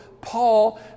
Paul